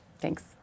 Thanks